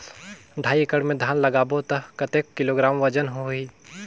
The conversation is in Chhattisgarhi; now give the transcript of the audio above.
ढाई एकड़ मे धान लगाबो त कतेक किलोग्राम वजन होही?